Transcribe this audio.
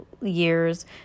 years